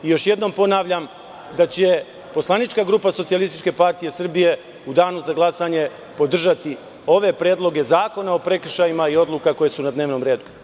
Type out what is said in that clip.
I još jednom ponavljam da će poslanička grupa SPS u Danu za glasanje podržati ove predloge zakona o prekršajima i odluke koje su na dnevnom redu.